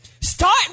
Start